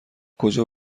کجا